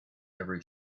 every